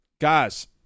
Guys